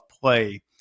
play